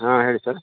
ಹಾಂ ಹೇಳಿ ಸರ್